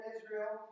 Israel